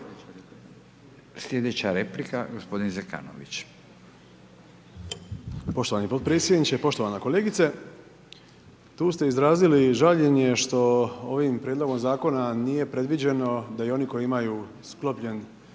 **Zekanović, Hrvoje (HRAST)** Poštovani podpredsjedniče, poštovana kolegice. Tu ste izrazili žaljenje što ovim prijedlogom zakona nije predviđeno da i oni koji imaju sklopljeno